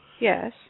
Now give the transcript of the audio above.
Yes